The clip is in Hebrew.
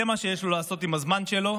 זה מה שיש לו לעשות עם הזמן שלו.